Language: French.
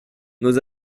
nos